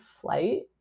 flight